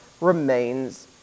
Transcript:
remains